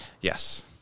Yes